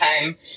time